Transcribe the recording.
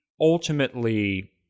ultimately